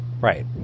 Right